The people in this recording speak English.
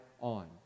on